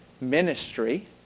ministry